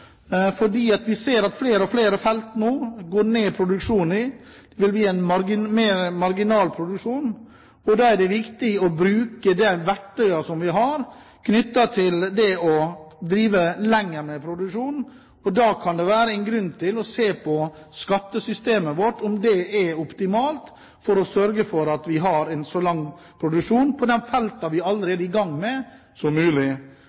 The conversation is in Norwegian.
Vi ser at flere og flere felt nå går ned i produksjon, det blir mer marginal produksjon. Da er det viktig å bruke de verktøyene vi har, knyttet til det å drive lenger med produksjon. Da kan det være en grunn til å se på skattesystemet vårt – om det er optimalt, for å sørge for at vi har en så lang produksjon som mulig på de feltene vi